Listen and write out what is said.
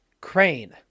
Crane